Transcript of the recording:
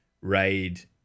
raid